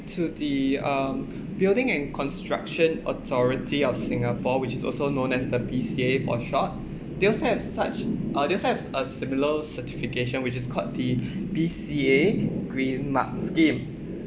to the um building and construction authority of singapore which is also known as the B_C_A for short they also have such uh they also have a similar certification which is called the B_C_A green mark scheme